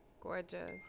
Gorgeous